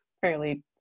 fairly